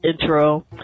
intro